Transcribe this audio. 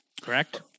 Correct